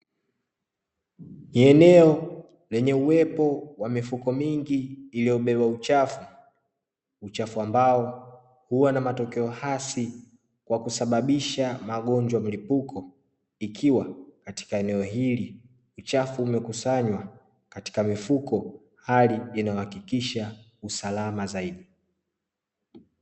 Ni eneo lenye uwepo wa mifuko mingi iliyobeba uchafu. Uchafu ambao huwa na matokeo hasi kwa kusababisha magonjwa milipuko. Ikiwa katika eneo hili, uchafu umekusanywa katika mifuko; hali inayohakikisha usalama zaidi.